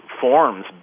forms